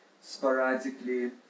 sporadically